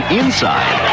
inside